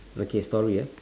okay story ah